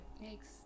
thanks